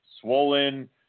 swollen